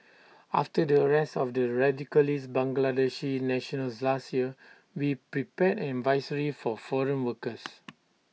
after the arrest of the radicalised Bangladeshi nationals last year we prepared an advisory for foreign workers